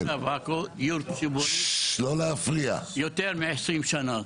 בדיור הציבורי יותר מה-20 שנים.